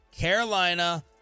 Carolina